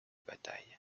bataille